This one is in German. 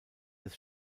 des